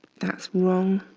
that's wrong,